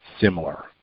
similar